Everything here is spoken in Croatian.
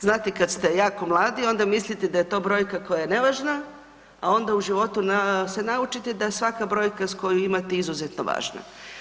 Znate kad ste jako mladi onda mislite da je to brojka koja je nevažna, a onda u životu se naučite da je svaka brojka koju imate izuzetno važna.